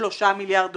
3 מיליארד דולר,